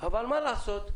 אבל מה לעשות,